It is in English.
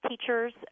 teachers